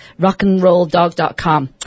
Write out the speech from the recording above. RockAndRollDog.com